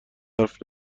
حرف